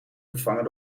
vervangen